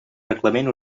reglament